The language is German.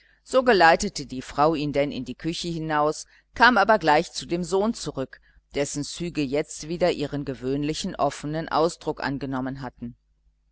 so geleitete die frau ihn denn in die küche hinaus kam aber gleich zu dem sohn zurück dessen züge jetzt wieder ihren gewöhnlichen offenen ausdruck angenommen hatten